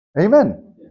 Amen